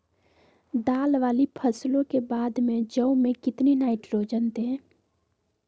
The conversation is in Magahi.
दाल वाली फसलों के बाद में जौ में कितनी नाइट्रोजन दें?